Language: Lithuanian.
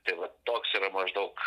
tai va toks yra maždaug